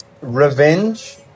Revenge